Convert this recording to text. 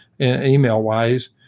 email-wise